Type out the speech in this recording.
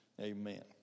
Amen